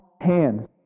hands